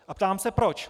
A ptám se proč.